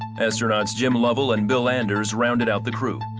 astronauts jim lovell and bill anders rounded out the crew.